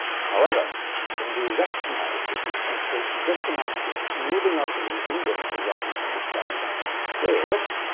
however when we recognize that this truncation just amounts to smoothing out the little indent resulting from discarding some tiny squares,